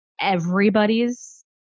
everybody's